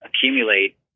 accumulate